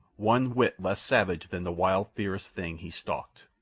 one whit less savage than the wild, fierce thing he stalked.